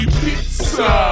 pizza